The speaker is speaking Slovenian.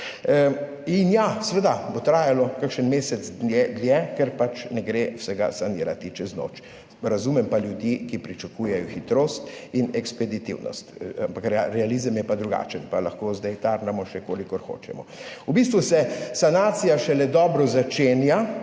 In ja, seveda bo trajalo kakšen mesec dlje, ker pač ne gre vsega sanirati čez noč. Razumem pa ljudi, ki pričakujejo hitrost in ekspeditivnost. Realizem je pa drugačen, pa lahko zdaj tarnamo, še kolikor hočemo. V bistvu se sanacija šele dobro začenja,